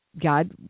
God